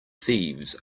thieves